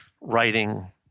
writing